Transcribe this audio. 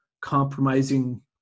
compromising